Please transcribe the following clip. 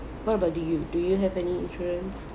what about do you do you have any insurance